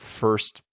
first